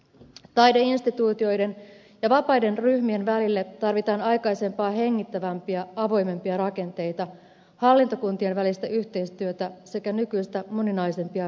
taideinstituutioiden ja vapaiden ryhmien välille tarvitaan aikaisempaa hengittävämpiä avoimempia rakenteita hallintokuntien välistä yhteistyötä sekä nykyistä moninaisempia rahoitusmuotoja